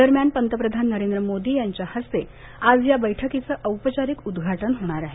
दरम्यान पंतप्रधान नरेंद्र मोदी यांच्या हस्ते आज या बैठकीचं औपचारिक उद्घाटन होणार आहे